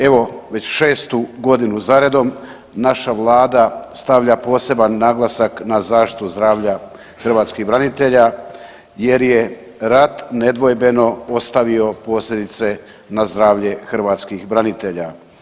Evo već 6-tu godinu za redom naša vlada stavlja poseban naglasak na zaštitu zdravlja hrvatskih branitelja jer je rat nedvojbeno ostavio posljedice na zdravlje hrvatskih branitelja.